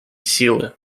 силы